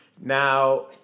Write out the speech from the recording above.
Now